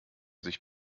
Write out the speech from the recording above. sich